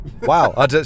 Wow